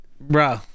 Bro